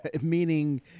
meaning